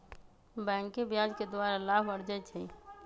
बैंके ब्याज के द्वारा लाभ अरजै छै